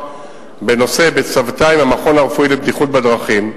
בנושא בצוותא עם המכון הרפואי לבטיחות בדרכים.